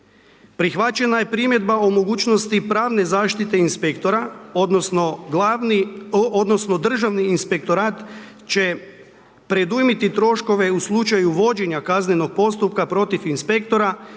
Prihvaćena je primjedba o mogućnosti pravne zaštite inspektora odnosno glavni odnosno državni inspektorat će predujmiti troškove u slučaju vođenja kaznenog postupka protiv inspektora